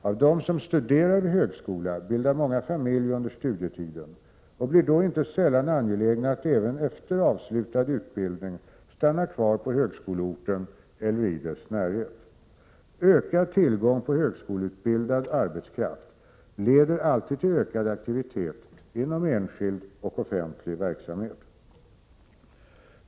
Av dem som studerar vid högskola bildar många familj under studietiden och blir då inte sällan angelägna att även efter avslutad utbildning stanna kvar på högskoleorten eller i dess närhet. Ökad tillgång på högskoleutbildad arbetskraft leder alltid till ökad aktivitet inom enskild och offentlig verksamhet.